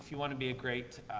you want to be a great,